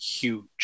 huge